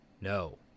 no